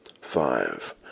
five